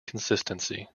consistency